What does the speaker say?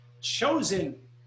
chosen